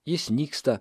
jis nyksta